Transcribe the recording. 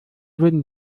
würde